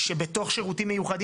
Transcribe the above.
שבתוך שירותים מיוחדים?